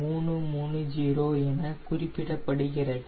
330 என குறிப்பிடப்படுகிறது